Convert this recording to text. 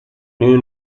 noon